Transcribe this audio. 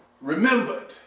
remembered